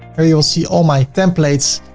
there you will see all my templates,